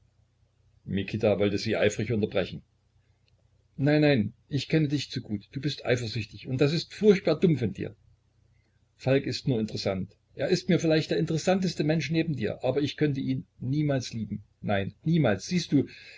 mikita wollte sie eifrig unterbrechen nein nein ich kenne dich zu gut du bist eifersüchtig und das ist furchtbar dumm von dir falk ist nur interessant er ist mir vielleicht der interessanteste mensch neben dir aber ich könnte ihn niemals lieben nein niemals siehst du